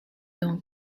donc